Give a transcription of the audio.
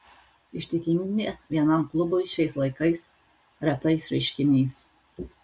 ištikimybė vienam klubui šiais laikais retais reiškinys